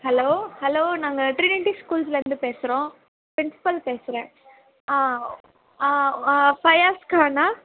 hello hello நாங்கள் Trinity ஸ்கூல்ஸ்லெந்து பேசுகிறோம் ப்ரின்ஸ்பல் பேசுகிறேன் ஆ ஆ ஆ ஃபையாஸ்க்கான்னா